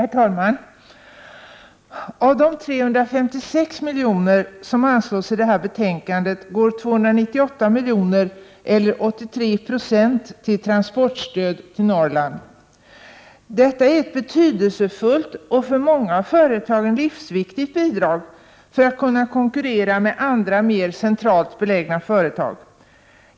Herr talman! Av de 356 milj.kr. som anslås i detta betänkande går 298 12 april 1989 milj.kr. eller 83 96 till transportstöd till Norrland. Detta är ett betydelsefullt och för många av företagen livsviktigt bidrag för att kunna konkurrera med andra och mer centralt belägna företag.